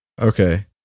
Okay